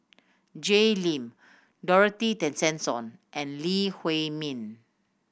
Jay Lim Dorothy Tessensohn and Lee Huei Min